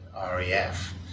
REF